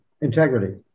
integrity